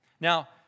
Now